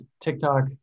tiktok